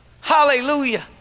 Hallelujah